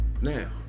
Now